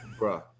Bruh